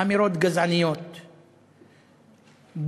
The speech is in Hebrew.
אמירות גזעניות בוטות.